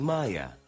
Maya